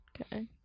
Okay